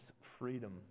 freedom